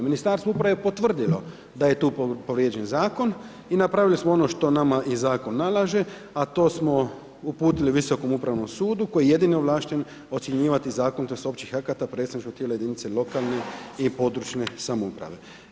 Ministarstvo uprave je potvrdilo da je tu povrijeđen zakon i napravili smo ono što nama i zakon nalaže, a to smo uputili Visokom upravnom sudu koji je jedini ovlašten ocjenjivati zakonitost općih akata predstavničkog tijela jedinice lokalnih i područne samouprave.